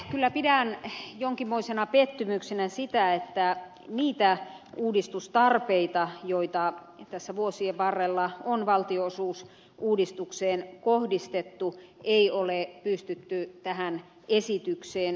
mutta kyllä pidän jonkinmoisena pettymyksenä sitä että niitä uudistustarpeita joita tässä vuosien varrella on valtionosuusuudistukseen kohdistettu ei ole pystytty tähän esitykseen tuomaan